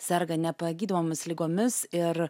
serga nepagydomomis ligomis ir